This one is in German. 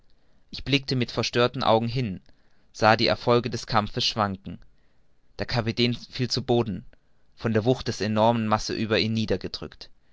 ich blickte mit verstörten augen hin sah die erfolge des kampfes schwanken der kapitän fiel zu boden von der wucht der enormen masse über ihm niedergedrückt